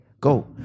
Go